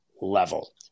level